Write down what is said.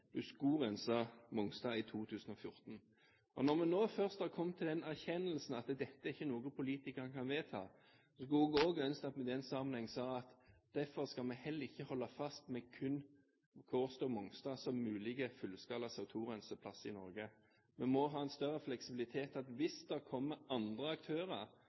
på Mongstad i 2014, og når vi nå først har kommet til den erkjennelsen at dette ikke er noe som politikere kan vedta, skulle jeg også ønske at vi i den sammenheng sa at derfor skal vi heller ikke holde fast ved kun Kårstø og Monstad som mulige fullskala CO2-renseplasser i Norge. Vi må ha en større fleksibilitet. Hvis det kommer andre aktører